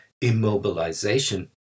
immobilization